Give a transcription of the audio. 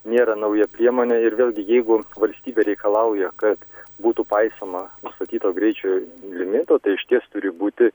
nėra nauja priemonė ir vėlgi jeigu valstybė reikalauja kad būtų paisoma nustatyto greičio limito tai išties turi būti